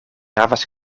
havas